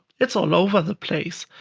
it's all over the place.